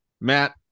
Matt